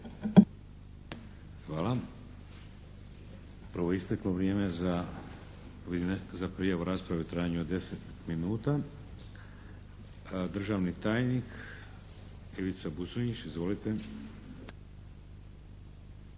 Hvala. Upravo je isteklo vrijeme za prijavu rasprave u trajanju od 10 minuta. Državni tajnik, Ivica Buconjić. Izvolite.